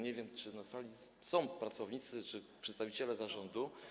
Nie wiem, czy na sali są pracownicy lub przedstawiciele zarządu.